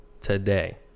today